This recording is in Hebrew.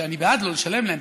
שאני בעד לא לשלם להם,